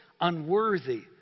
unworthy